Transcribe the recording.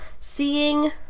Seeing